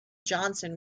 johnson